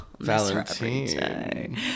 valentine